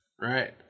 right